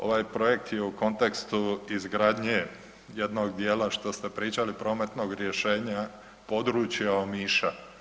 Ovaj projekt je u kontekstu izgradnje jednog dijela što ste pričali prometnog rješenja područja Omiša.